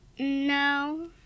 No